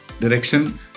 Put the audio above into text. direction